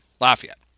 Lafayette